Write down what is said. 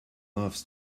loves